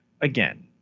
again